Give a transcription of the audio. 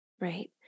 right